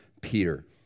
Peter